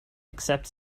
except